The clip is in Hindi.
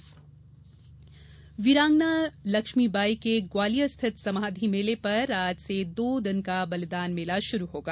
बलिदान मेला वीरांगना लक्ष्मी बाई के ग्वालियर स्थित समाधी मेले पर आज से दो दिन का बलिदान मेला शुरू होगा